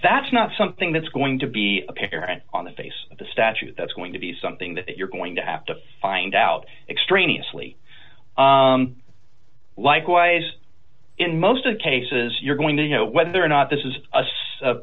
that's not something that's going to be apparent on the face of the statute that's going to be something that you're going to have to find out extraneous lee likewise in most of the cases you're going to whether or not this is a